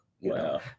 wow